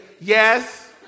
Yes